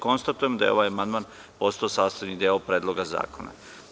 Konstatujem da je ovaj amandman postao sastavni deo Predloga zakona.